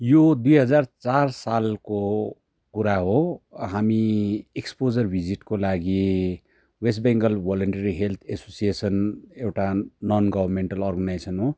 यो दुई हजार चार सालको कुरा हो हामी एक्सपोजर भिजिटको लागि West Bengal voluntary health association एउटा नन गभर्मेन्टल अर्गनाइजेसन हो